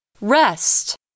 rest